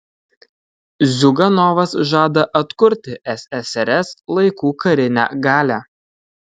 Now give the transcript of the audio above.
ziuganovas žada atkurti ssrs laikų karinę galią